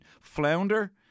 flounder